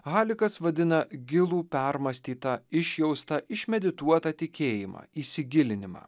halikas vadina gilų permąstytą išjaustą išmedituotą tikėjimą įsigilinimą